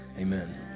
Amen